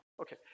Okay